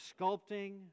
sculpting